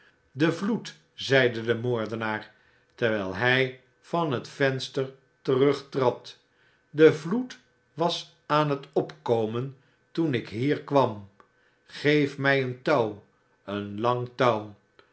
de vloed zeide de moordenaar terwijl hij van het venster terugtrad de vloed was aan het opkomen toen ik hier kwam geef mij een touw een lang touw